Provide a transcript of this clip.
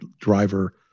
driver